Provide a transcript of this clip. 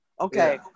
okay